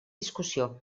discussió